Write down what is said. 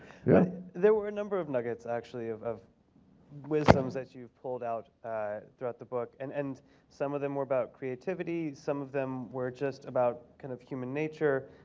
yeah there were a number of nuggets, actually of of wisdoms that you pulled out throughout the book. and and some of them were about creativity. some of them were just about kind of human nature.